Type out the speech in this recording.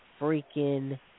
freaking